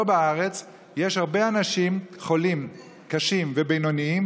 פה בארץ יש הרבה אנשים חולים קשים ובינוניים